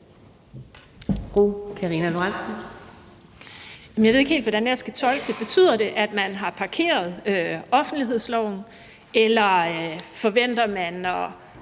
Jeg ved ikke helt, hvordan jeg skal tolke det. Betyder det, at man har parkeret offentlighedsloven, eller forventer man at